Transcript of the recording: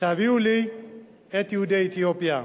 תביאו לי את יהודי אתיופיה.